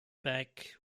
back